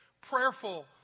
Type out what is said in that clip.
prayerful